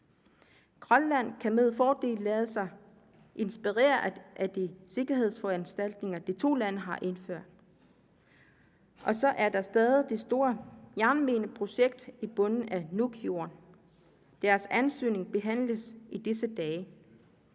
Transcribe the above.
Grønland kan med fordel lade sig inspirere af de sikkerhedsforanstaltninger, de to lande har indført. Så er der stadig det store jernmineprojekt i bunden af Nuukfjorden. Deres ansøgning behandles i disse dage.